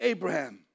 Abraham